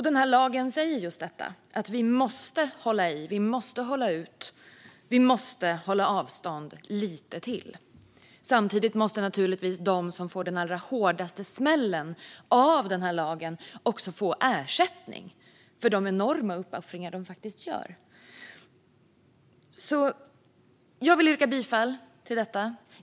Denna lag säger just att vi måste hålla i, hålla ut och hålla avstånd lite till. Samtidigt måste naturligtvis de som får den allra hårdaste smällen av denna lag få ersättning för de enorma uppoffringar de faktiskt gör. Jag vill yrka bifall till förslaget i betänkandet.